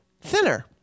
thinner